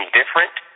different